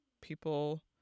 people